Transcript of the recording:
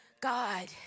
God